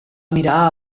mirar